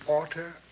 order